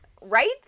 right